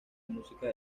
música